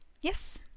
yes